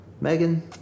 Megan